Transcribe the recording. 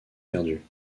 perdu